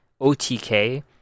OTK